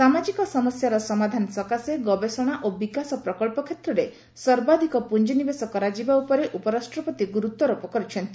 ସାମାଜିକ ସମସ୍ୟାର ସମାଧାନ ସକାଶେ ଗବେଷଣା ଓ ବିକାଶ ପ୍ରକଳ୍ପ କ୍ଷେତ୍ରରେ ସର୍ବାଧିକ ପୁଞ୍ଜିନିବେଶ କରାଯିବା ଉପରେ ଉପରାଷ୍ଟ୍ରପତି ଗୁରୁତ୍ୱାରୋପ କରିଛନ୍ତି